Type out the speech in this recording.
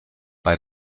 bei